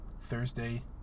Thursday